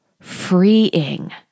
freeing